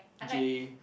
Jay